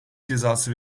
cezası